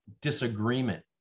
disagreement